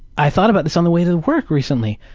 i thought about this on the way to work recently.